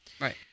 Right